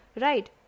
Right